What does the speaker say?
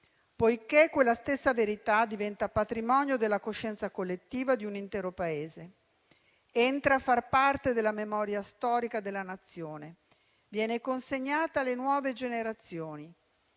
poiché quella stessa verità diventa patrimonio della coscienza collettiva di un intero Paese; entra a far parte della memoria storica della Nazione; viene consegnata alle nuove generazioni;